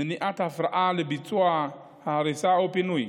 על מניעת הפרעה לביצוע ההריסה או הפינוי,